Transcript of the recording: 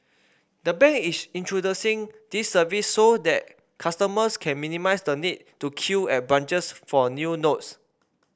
the bank is introducing this service so that customers can minimise the need to queue at branches for new notes